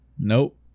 Nope